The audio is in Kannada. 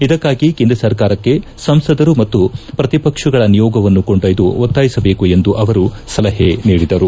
ಇದಕ್ಕಾಗಿ ಕೇಂದ್ರ ಸರ್ಕಾರಕ್ಷೆ ಸಂಸದರು ಮತ್ತು ಪ್ರತಿಪಕ್ಷಗಳ ನಿಯೋಗವನ್ನು ಕೊಡೊಯ್ದು ಒತ್ತಾಯಿಸಬೇಕು ಎಂದು ಅವರು ಸಲಹೆ ನೀಡಿದರು